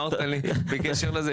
בקשר לזה,